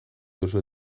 duzu